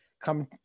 come